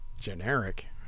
generic